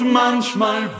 manchmal